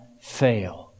fail